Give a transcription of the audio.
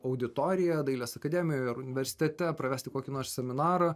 auditorija dailės akademijoj ar universitete pravesti kokį nors seminarą